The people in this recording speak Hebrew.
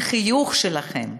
לחיוך שלכם,